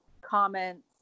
comments